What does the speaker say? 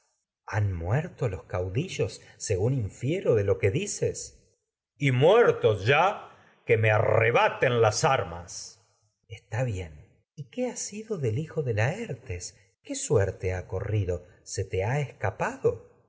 han muerto los caudillos según infiero que dices ya que me ayax y muertos arrebaten las armas minerva está bien y qué ha sido del hijo de laertes qué suerte ha corrido se te ha escapado